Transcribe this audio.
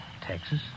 Texas